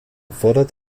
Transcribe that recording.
fordert